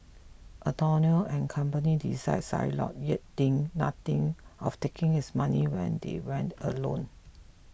Antonio and company deride Shylock yet think nothing of taking his money when they want a loan